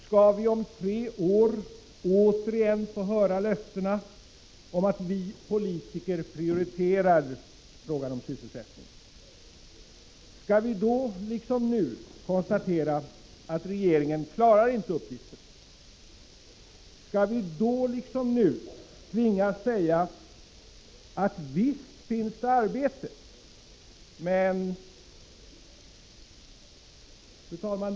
Skall vi om tre år återigen få höra löftena om att vi politiker prioriterar frågan om sysselsättningen? Skall vi då liksom nu konstatera att regeringen inte klarar uppgiften? Skall vi då liksom nu tvingas säga att visst finns det arbete, men ...? Fru talman!